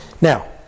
Now